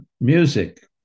music